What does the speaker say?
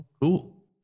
cool